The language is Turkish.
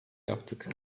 yaptık